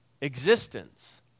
existence